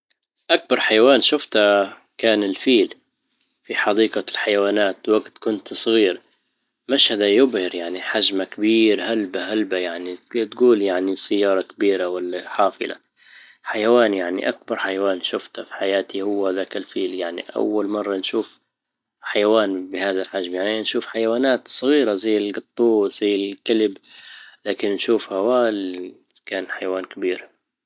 اكبر حيوان شفته كان الفيل في حديقة الحيوانات وجت كنت صغير مشهده يبهر يعني حجمه كبير هلبه هلبة يعنى- تجول يعني سيارة كبيرة ولا حافلة حيوان يعني اكبر حيوان شفته في حياتي هو ذاك الفيل يعني اول مرة نشوف حيوان بهذا الحجم يعني نشوف حيوانات صغيرة زي القطوس زي الكلب لكن شوف هواه كان حيوان كبير